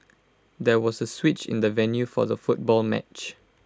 there was A switch in the venue for the football match